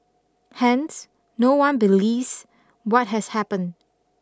Hence no one believes what has happened